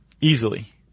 Easily